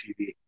TV